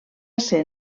ser